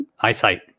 eyesight